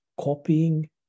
copying